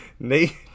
Nate